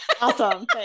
Awesome